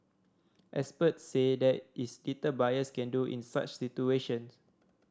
experts said there is little buyers can do in such situations